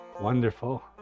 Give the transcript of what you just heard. Wonderful